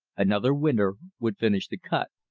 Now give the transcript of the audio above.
another winter would finish the cut.